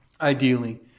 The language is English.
ideally